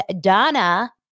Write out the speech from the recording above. DONNA